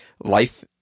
life